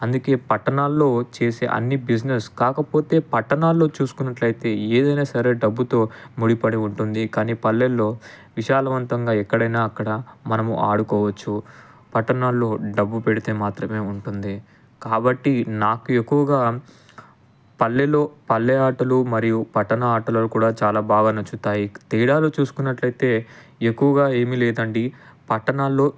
అందుకే పట్టణాల్లో చేసే అన్ని బిజినెస్ కాకపోతే పట్టణాల్లో చూసుకున్నట్లయితే ఏదైనా సరే డబ్బుతో ముడిపడి ఉంటుంది కాని పల్లెల్లో విశాలవంతంగా ఎక్కడైనా అక్కడ మనము ఆడుకోవచ్చు పట్టణాల్లో డబ్బు పెడితే మాత్రమే ఉంటుంది కాబట్టి నాకు ఎక్కువగా పల్లెలో పల్లె ఆటలు మరియు పట్టణ ఆటలు కూడా చాలా బాగా నచ్చుతాయి తేడాలు చూసుకున్నట్లయితే ఎక్కువగా ఏమీ లేదండి పట్టణాల్లో